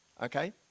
okay